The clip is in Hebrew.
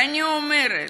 ואני אומרת,